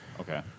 Okay